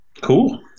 Cool